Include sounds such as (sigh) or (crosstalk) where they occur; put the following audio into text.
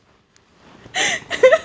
(laughs)